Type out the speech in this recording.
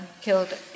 killed